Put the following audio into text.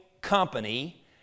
company